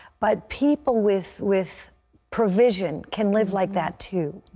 but people with with provision can live like that, too.